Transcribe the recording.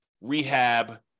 rehab